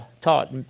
taught